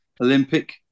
Olympic